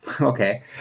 Okay